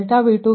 1332 plus 0